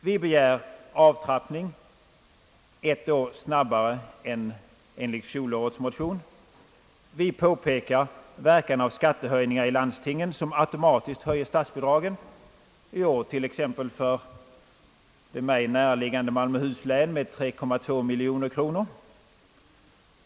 Vi begär avtrappning ett år snabbare än enligt fjolårets förslag. Vi påpekar verkan av skattehöjningar i landstingen som automatiskt höjer statsbidragen, i år t.ex. för det mig näraliggande Malmöhus län med 3,2 miljoner kronor.